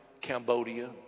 Cambodia